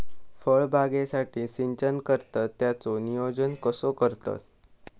फळबागेसाठी सिंचन करतत त्याचो नियोजन कसो करतत?